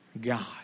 God